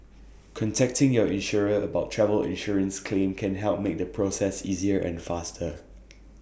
contacting your insurer about your travel insurance claim can help make the process easier and faster